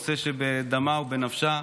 נושא שבדמה ובנפשה,